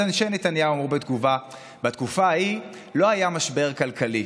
אז אנשי נתניהו אמרו בתגובה: "בתקופה ההיא לא היה משבר כלכלי,